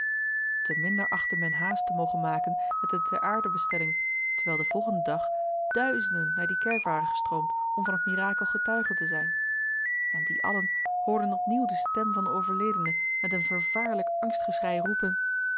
te minder achtte men haast te mogen maken met de ter aarde bestelling terwijl den volgenden dag duizenden naar die kerk waren gestroomd om van t mirakel getuigen te zijn en die allen hoorden opnieuw de stem van den overledene met een vervaarlijk angstgeschrei roepen